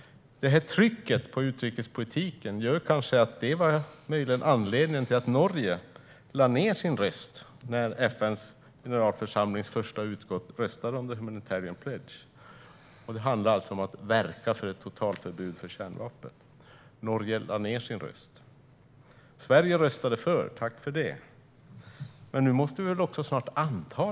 Trycket på utrikespolitiken är kanske anledningen till att Norge lade ned sin röst när FN:s generalförsamlings första utskott röstade om Humanitarian Pledge, som handlar om att verka för ett totalförbud för kärnvapen. Sverige röstade för det. Tack för det! Men nu måste vi också anta detta.